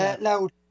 loud